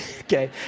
Okay